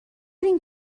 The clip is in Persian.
این